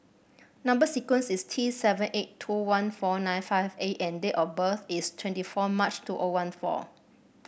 number sequence is T seven eight two one four nine five A and date of birth is twenty four March two O one four